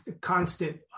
constant